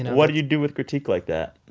what do you do with critique like that?